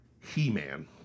He-Man